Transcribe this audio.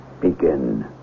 begin